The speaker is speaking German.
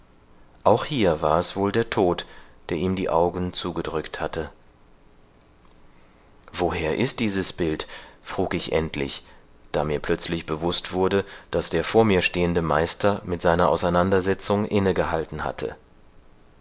auch hier war es wohl der tod der ihm die augen zugedrückt hatte woher ist dieses bild frug ich endlich da mir plötzlich bewußt wurde daß der vor mir stehende meister mit seiner auseinandersetzung innegehalten hatte